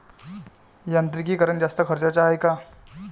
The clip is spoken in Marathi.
यांत्रिकीकरण जास्त खर्चाचं हाये का?